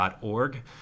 org